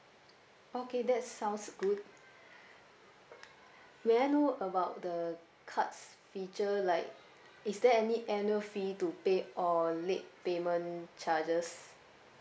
okay that sounds good may I know about the card's feature like is there any annual fee to pay or late payment charges